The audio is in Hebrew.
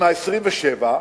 עם ה-27%,